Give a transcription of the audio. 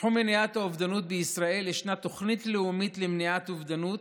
בתחום מניעת האובדנות בישראל ישנה תוכנית לאומית למניעת אובדנות,